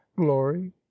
glory